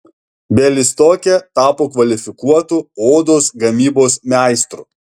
bialystoke tapo kvalifikuotu odos gamybos meistru